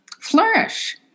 flourish